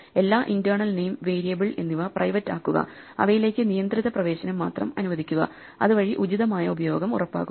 എല്ലാ internal name variable എന്നിവ private ആക്കുക അവയിലേക്ക് നിയന്ത്രിത പ്രവേശനം മാത്രം അനുവദിക്കുക അത് വഴി ഉചിതമായ ഉപയോഗം ഉറപ്പാക്കുക